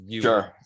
Sure